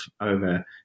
over